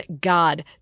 God